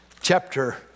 chapter